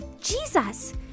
Jesus